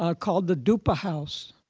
ah called the duppa house.